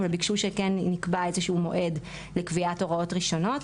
אבל ביקשו שכן נקבע איזשהו מועד לקביעת הערות ראשונות,